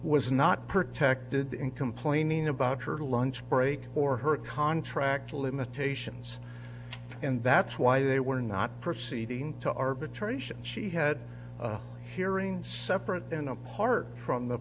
was not protected in complaining about her lunch break or her contract limitations and that's why they were not proceeding to arbitration she had a hearing separate and apart from the